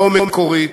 לא מקורית,